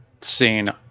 scene